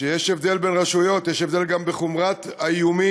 שיש הבדל בין רשויות, יש הבדל גם בחומרת האיומים,